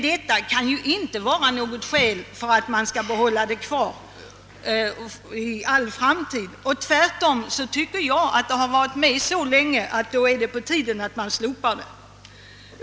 Det kan ju inte vara något skäl för att behålla det i all framtid. Tvärtom tycker jag att det då är på tiden att avdraget slopas.